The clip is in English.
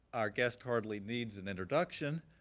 our guest hardly needs an introduction.